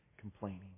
complaining